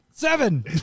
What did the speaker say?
Seven